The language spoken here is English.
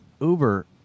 Uber